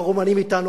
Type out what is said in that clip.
הרומנים אתנו,